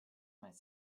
might